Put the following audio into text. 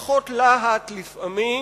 פחות להט לפעמים